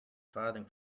farthing